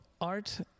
art